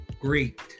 great